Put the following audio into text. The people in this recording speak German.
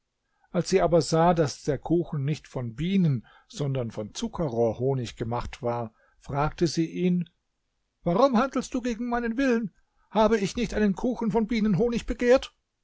als sie aber sah daß der kuchen nicht von bienen sondern von zuckerrohrhonig gemacht war fragte sie ihn warum handelst du gegen meinen willen habe ich nicht einen kuchen von bienenhonig begehrt